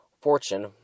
Fortune